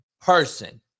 person